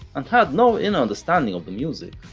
and had no inner understanding of the music,